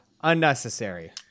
unnecessary